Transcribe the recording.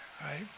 right